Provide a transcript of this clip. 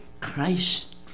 Christ